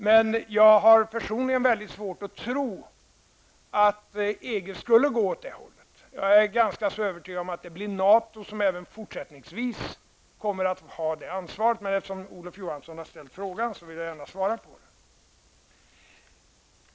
Men jag har personligen mycket svårt att tro att EG skulle gå åt det hållet. Jag är ganska övertygad om att det blir NATO som även fortsättningsvis kommer att ha detta ansvar. Men eftersom Olof Johansson har ställt frågan vill jag gärna svara på den.